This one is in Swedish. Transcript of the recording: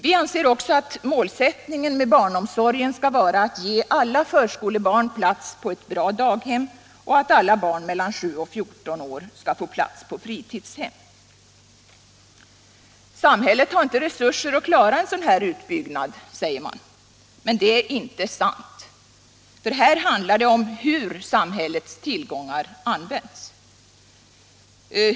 Vi ansåg också att målsättningen med barnomsorgen skall vara att ge alla förskolebarn plats på ett bra daghem och att alla barn mellan 7 och 14 år skall få plats på fritidshem. Samhället har inte resurser att klara en sådan här utbyggnad, säger man. Men det är inte sant. Här handlar det om hur samhällets tillgångar används.